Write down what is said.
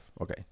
Okay